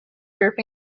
group